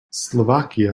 slovakia